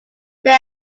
step